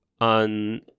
on